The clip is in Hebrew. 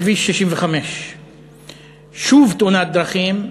בכביש 65. שוב תאונת דרכים,